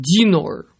Dinor